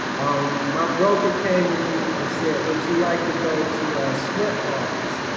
i'm my broker came to me and said, would you like to go to sweat hearts,